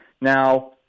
Now